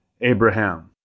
Abraham